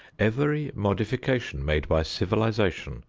every modification made by civilization,